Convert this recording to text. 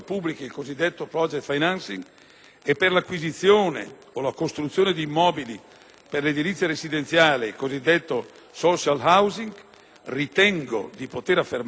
e dell'acquisizione o costruzione di immobili per l'edilizia residenziale (il cosiddetto *social housing*), ritengo di poter affermare che la conversione in legge